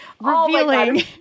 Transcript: revealing